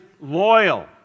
loyal